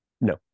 No